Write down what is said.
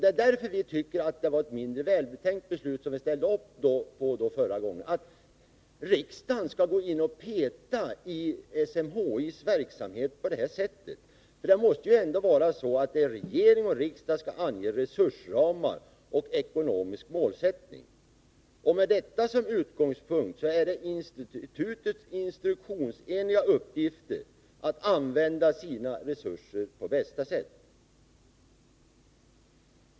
Det är därför vi tycker att det var ett mindre välbetänkt beslut som vi ställde upp på förra gången, vilket innebar att riksdagen skall gå in och peta i SMHI:s verksamhet på det här sättet. Det måste vara regering och riksdag som skall ange resursramar och ekonomisk målsättning. Med detta som utgångspunkt är det instruktionsenliga uppgifter att använda sina resurser på bästa sätt.